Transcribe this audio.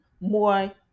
more